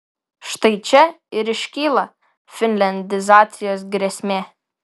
štai čia ir iškyla finliandizacijos grėsmė